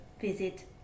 visit